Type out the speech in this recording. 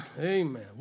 Amen